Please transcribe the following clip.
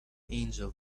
angel